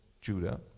Judah